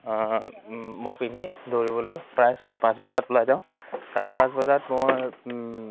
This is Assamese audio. মই পিন্ধি দৌৰিবলৈ প্ৰায় চাৰে পাঁচ বজাত ওলাই যাওঁ চাৰে পাঁচ বজাত মই